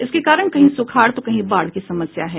इसके कारण कहीं सुखाड़ तो कहीं बाढ़ की समस्या है